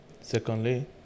Secondly